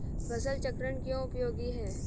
फसल चक्रण क्यों उपयोगी है?